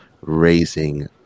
raising